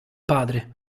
padre